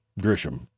Grisham